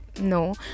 No